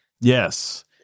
Yes